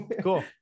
Cool